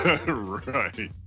Right